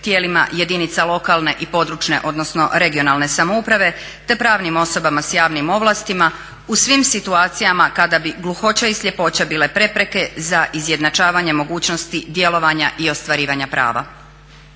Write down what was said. tijelima jedinica lokalne i područne (regionalne) samouprave te pravnim osobama sa javnim ovlastima u svim situacijama kada bi gluhoća i sljepoća bile prepreke za izjednačavanje mogućnosti djelovanja i ostvarivanja prava.